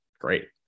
great